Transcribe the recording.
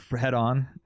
head-on